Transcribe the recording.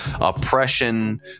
oppression